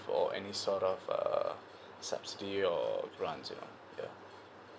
or any sort of uh subsidy your grants you know ya